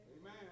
Amen